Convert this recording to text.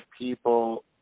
people